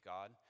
God